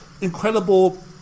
incredible